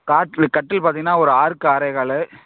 காட்லு கட்டில் பார்த்தீங்கன்னா ஒரு ஆறுக்கு ஆறே கால்